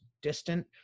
distant